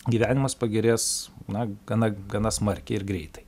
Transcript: gyvenimas pagerės na gana gana smarkiai ir greitai